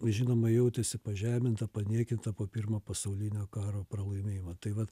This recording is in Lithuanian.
žinoma jautėsi pažeminta paniekinta po pirmo pasaulinio karo pralaimėjimo tai vat